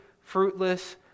fruitless